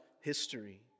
history